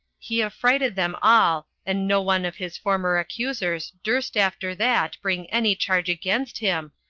he affrighted them all, and no one of his former accusers durst after that bring any charge against him,